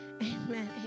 amen